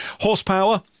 Horsepower